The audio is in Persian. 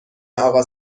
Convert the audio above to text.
اقا